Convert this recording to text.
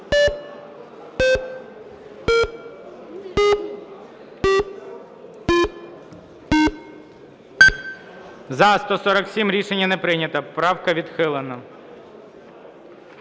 За-147 Рішення не прийнято. Правка відхилена.